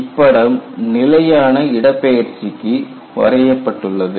இப்படம் நிலையான இடப்பெயர்ச்சிக்கு வரையப்பட்டுள்ளது